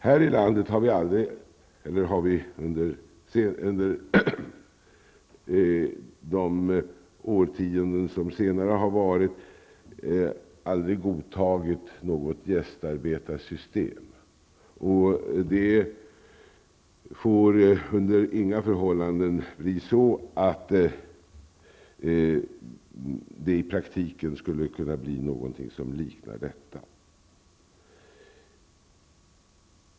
Här i landet har vi inte under de senare årtiondena godtagit något gästarbetarsystem. Det får under inga förhållanden införas något som i praktiken skulle kunna likna detta.